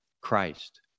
Christ